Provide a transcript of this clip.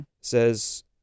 says